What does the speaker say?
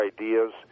ideas